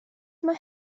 mae